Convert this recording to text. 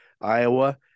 Iowa